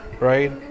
right